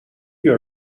you